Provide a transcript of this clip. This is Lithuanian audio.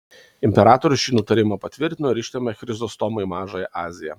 imperatorius šį nutarimą patvirtino ir ištrėmė chrizostomą į mažąją aziją